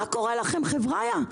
מה קורה לכם, חבריה?